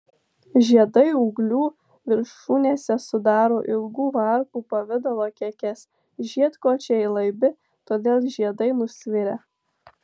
žiedai ūglių viršūnėse sudaro ilgų varpų pavidalo kekes žiedkočiai laibi todėl žiedai nusvirę